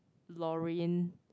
Lorraine